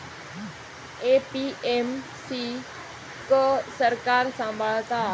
APMC क सरकार सांभाळता